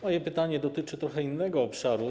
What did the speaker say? Moje pytanie dotyczy trochę innego obszaru.